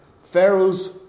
pharaoh's